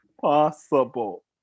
possible